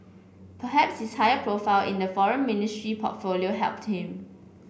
perhaps his higher profile in the foreign ministry portfolio helped him